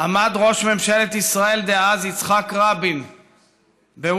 עמד ראש ממשלת ישראל דאז יצחק רבין בוושינגטון,